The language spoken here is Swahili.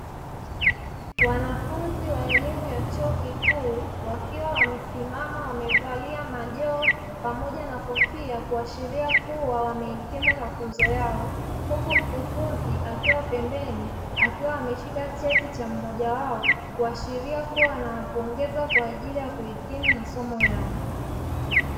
Wanafunzi wa elimu ya chuo kikuu wakiwa wamesimama wamevalia majoho pamoja na kofia kuashiria kuwa wamehitimu mafunzo yao, huku mkufunzi akiwa pembeni akiwa ameshika cheti cha mmoja wao kuashiria kuwa anawapongeza kwa ajili ya kuhitimu masomo yao.